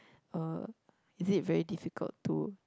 uh is it very difficult to